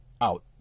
out